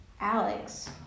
Alex